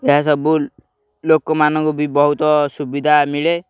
ଏହାସବୁ ଲୋକମାନଙ୍କୁ ବି ବହୁତ ସୁବିଧା ମିଳେ